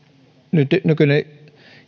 nykyinen